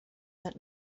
that